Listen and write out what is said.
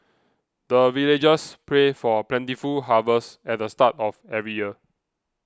the villagers pray for plentiful harvest at the start of every year